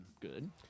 Good